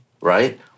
right